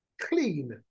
clean